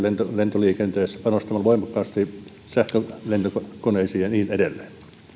lentoliikenteessä panostamalla voimakkaasti sähkölentokoneisiin ja niin edelleen